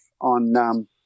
on